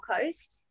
Coast